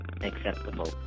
acceptable